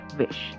wish